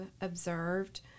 observed